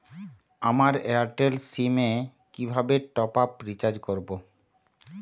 আমার Airtel sim এ কিভাবে টপ আপ রিচার্জ করবো?